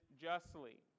justly